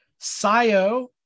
Sio